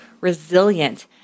resilient